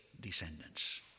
descendants